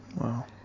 Wow